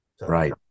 Right